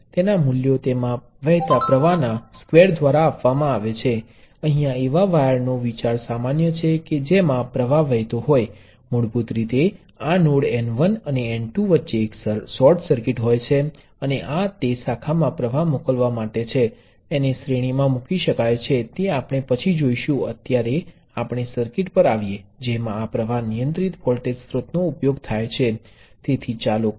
તેને આ પ્રતીક દ્વારા દર્શાવવામાં આવે છે n1અને n2 વચ્ચેના પ્રવાહ ને સમજવા માટે આ ઇનપુટ શોર્ટ સર્કિટ શાખા છે અને આ આઉટપુટ પ્રવાહ સ્ત્રોત અને આ આશ્રિત પ્રવાહ સ્ત્રોત છે જે Ix ઉપર આધારિત છે